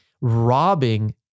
robbing